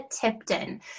Tipton